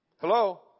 Hello